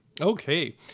Okay